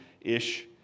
ish